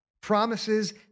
promises